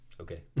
Okay